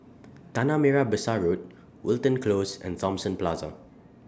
Tanah Merah Besar Road Wilton Close and Thomson Plaza